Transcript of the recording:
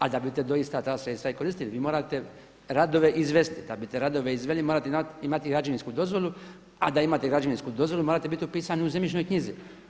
A da biste doista ta sredstva i koristili vi morate radove izvesti, da bi te radove izveli morate imati građevinsku dozvolu, a da imate građevinsku dozvolu morate biti u pisani u zemljišnoj knjizi.